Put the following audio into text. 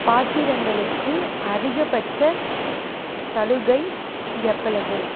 பாத்திரங்களுக்கு அதிகபட்ச சலுகை எவ்வளவு